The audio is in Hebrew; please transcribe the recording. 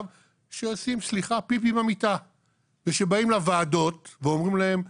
שעושים סליחה פיפי במיטה ושבאים לוועדות ואומרים להם: